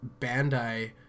Bandai